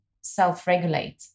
self-regulate